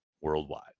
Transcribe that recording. worldwide